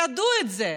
ידעו את זה,